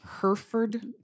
Hereford